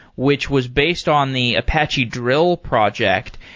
which was based on the apache drill project.